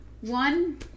One